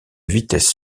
vitesse